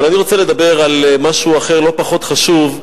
אבל אני רוצה לדבר על משהו אחר, לא פחות חשוב,